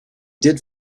did